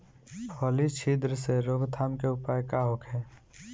फली छिद्र से रोकथाम के उपाय का होखे?